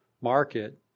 market